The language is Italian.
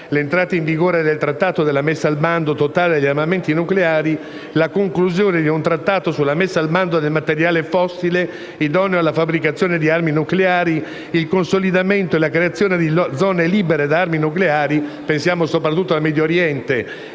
l'entrata in vigore del Trattato sulla messa al bando totale degli esperimenti nucleari (CTBT), la conclusione di un Trattato sulla messa al bando del materiale fissile idoneo alla fabbricazione di armi nucleari (FMCT), il consolidamento e la creazione di zone libere da armi nucleari, soprattutto in Medio oriente,